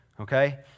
okay